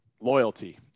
Loyalty